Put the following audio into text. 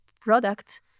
product